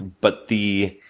but, the